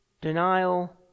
denial